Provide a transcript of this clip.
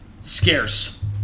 scarce